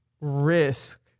risk